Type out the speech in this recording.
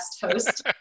host